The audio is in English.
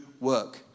work